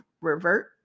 revert